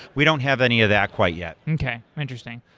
we don't have any of that quite yet. okay, interesting.